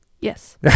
Yes